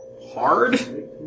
hard